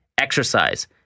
Exercise